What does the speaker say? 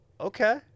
Okay